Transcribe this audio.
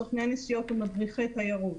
סוכני נסיעות ומדריכי תיירות.